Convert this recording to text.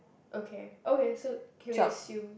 okay okay so can we assume